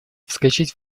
вскочить